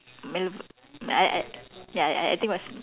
Malve~ I I ya I I think was